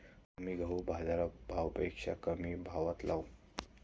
आम्ही गहू बाजारभावापेक्षा कमी भावात लावू